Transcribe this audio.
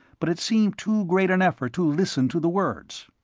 but it seemed too great an effort to listen to the words.